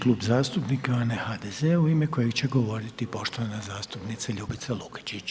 Klub zastupnika je onaj HDZ-a u ime kojeg će govoriti poštovana zastupnica Ljubica Lukačić.